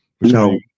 No